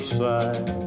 side